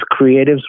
creatives